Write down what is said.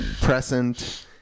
present